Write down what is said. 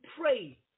pray